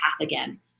again